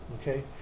Okay